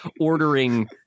ordering